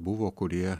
buvo kurie